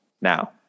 now